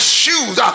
shoes